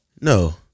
No